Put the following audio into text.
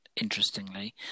interestingly